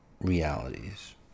realities